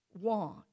want